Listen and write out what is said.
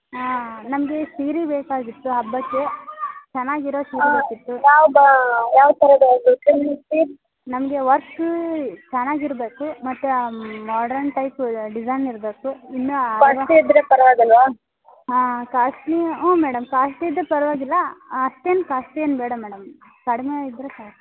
ಹಾಂ ನಮಗೆ ಸೀರೆ ಬೇಕಾಗಿತ್ತು ಹಬ್ಬಕ್ಕೆ ಚೆನ್ನಾಗಿರೋ ಸೀರೆ ಬೇಕಿತ್ತು ನಮಗೆ ವರ್ಕ್ ಚೆನ್ನಾಗಿರ್ಬೇಕು ಮತ್ತು ಮಾಡ್ರನ್ ಟೈಪು ಡಿಸೈನ್ ಇರಬೇಕು ಇನ್ನು ಹಾಂ ಕಾಸ್ಟ್ಲಿ ಹ್ಞೂ ಮೇಡಮ್ ಕಾಸ್ಟ್ಲಿ ಇದ್ದರೂ ಪರ್ವಾಗಿಲ್ಲ ಅಷ್ಟೇನು ಕಾಸ್ಟ್ಲಿ ಏನು ಬೇಡ ಮೇಡಮ್ ಕಡಿಮೆ ಇದ್ದರೆ ಸಾಕು